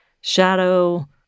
shadow